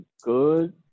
good